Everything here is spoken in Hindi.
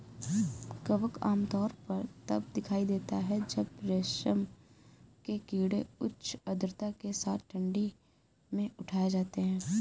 कवक आमतौर पर तब दिखाई देता है जब रेशम के कीड़े उच्च आर्द्रता के साथ ठंडी में उठाए जाते हैं